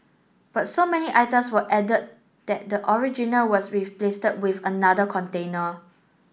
but so many items were added that the original was replace with another container